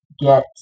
get